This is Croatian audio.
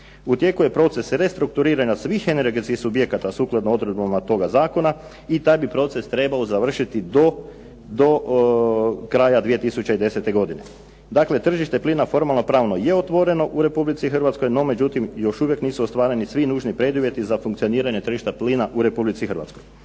U tijeku je proces restrukturiranja svih energetskih subjekata sukladno odredbama toga zakona i taj bi proces trebao završiti do kraja 2010. godine. Dakle, tržište plina formalno pravno je otvoreno u Republici Hrvatskoj, no međutim još uvijek nisu ostvareni svi nužni preduvjeti za funkcioniranje tržišta plina u Republici Hrvatskoj.